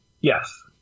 Yes